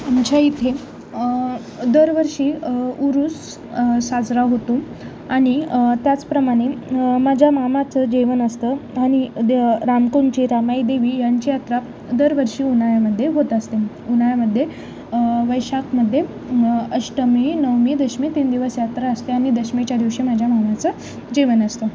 आमच्या इथे दरवर्षी उरूस साजरा होतो आणि त्याचप्रमाणे माझ्या मामाचं जेवन असतं आनि द रामकुंडचे रामाई देेवी यांची यात्रा दरवर्षी उन्हाळ्यामध्ये होत असते उन्हाळ्यामध्ये वैशाखमध्ये अष्टमी नवमी दशमी तीन दिवस यात्रा असते आणि दशमीच्या दिवशी माझ्या मामाचं जेवण असतं